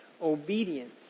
obedience